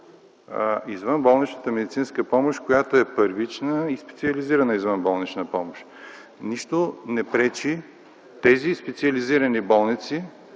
извънболничната медицинска помощ, която е първична и специализирана извънболнична помощ. Нищо не пречи тези специализирани болници